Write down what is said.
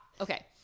Okay